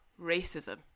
racism